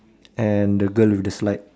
and the girl with the slide